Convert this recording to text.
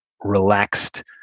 relaxed